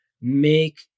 make